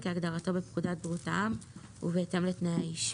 כהגדרתו בפקודת בריאות העם ובהתאם לתנאי האישור.